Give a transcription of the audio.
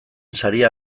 saria